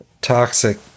...toxic